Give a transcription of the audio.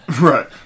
Right